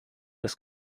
des